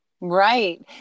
Right